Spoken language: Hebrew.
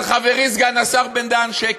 אבל, חברי סגן השר בן-דהן, שקט.